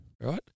Right